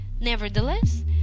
Nevertheless